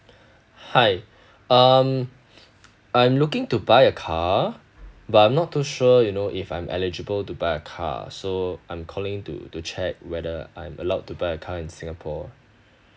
hi um I'm looking to buy a car but I'm not too sure you know if I'm eligible to buy a car so I'm calling to to check whether I'm allowed to buy a car in singapore